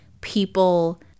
people